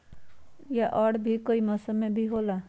या और भी कोई मौसम मे भी होला?